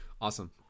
Awesome